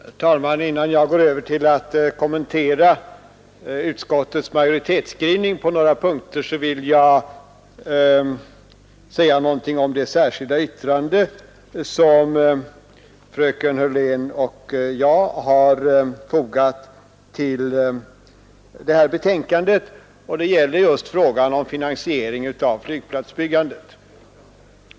Herr talman! Innan jag går över till att kommentera utskottets majoritetsskrivning på några punkter vill jag säga något om det särskilda yttrande som fröken Hörlén och jag har fogat till trafikutskottets betänkande nr 2, punkten 5, som gäller finansieringen av investeringar i primärflygplatser.